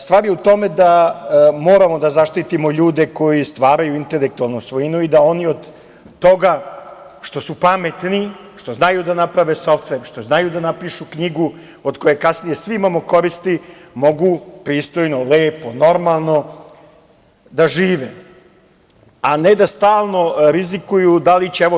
Stvar je u tome da moramo da zaštitimo ljude koji stvaraju intelektualnu svojinu i da oni od toga što su pametni, što znaju da naprave softver, što znaju da napišu knjigu od koje kasnije svi imamo koristi, mogu pristojno, lepo, normalno da žive, a ne da stalno rizikuju da li će…